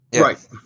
Right